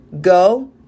Go